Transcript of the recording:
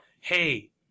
Hey